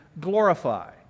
glorify